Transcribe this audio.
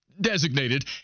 designated